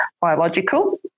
biological